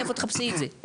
איפה תחפשי את זה?